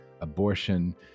abortion